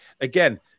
again